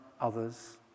others